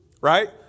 Right